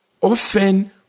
Often